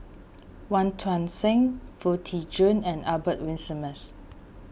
Wong Tuang Seng Foo Tee Jun and Albert Winsemius